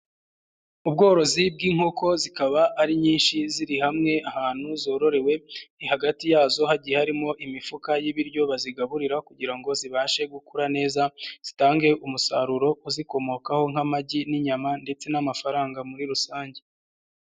Ubworozi bw'inkoko zikaba ari nyinshi ziri hamwe ahantu zororewe, hagati yazo hagiye harimo imifuka y'ibiryo bazigaburira kugira ngo zibashe gukura neza, zitange umusaruro uzikomokaho nk'amagi n'inyama ndetse n'amafaranga muri rusange.